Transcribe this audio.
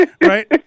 right